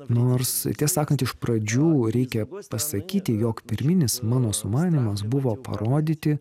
nors tie sakant iš pradžių reikia pasakyti jog pirminis mano sumanymas buvo parodyti